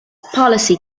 policy